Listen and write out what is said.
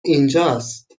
اینجاست